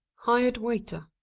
hired waiter.